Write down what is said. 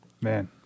Man